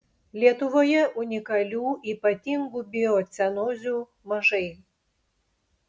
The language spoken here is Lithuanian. lietuvoje unikalių ypatingų biocenozių mažai